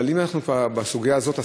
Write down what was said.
אבל אם אנחנו כבר בסוגיה הזאת עסקינן,